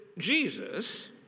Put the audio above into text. jesus